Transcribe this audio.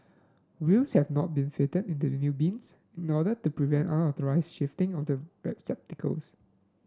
wheels have not been fitted in to the new bins in order to prevent unauthorised shifting of the receptacles